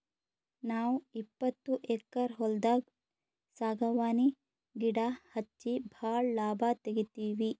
ನಾವ್ ಇಪ್ಪತ್ತು ಎಕ್ಕರ್ ಹೊಲ್ದಾಗ್ ಸಾಗವಾನಿ ಗಿಡಾ ಹಚ್ಚಿ ಭಾಳ್ ಲಾಭ ತೆಗಿತೀವಿ